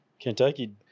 Kentucky